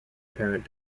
parent